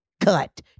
Cut